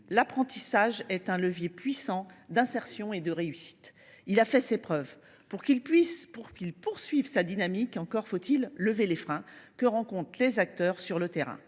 l’apprentissage est un levier puissant d’insertion et de réussite qui a fait ses preuves. Pour qu’il poursuive sa dynamique, encore faut il lever les freins que rencontrent les acteurs sur le terrain.